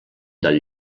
del